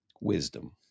Wisdom